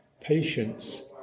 patience